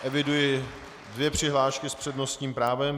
Eviduji dvě přihlášky s přednostním právem.